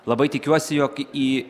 labai tikiuosi jog į